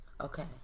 Okay